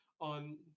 on